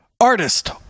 Artist